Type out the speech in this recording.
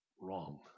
wrong